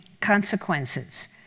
consequences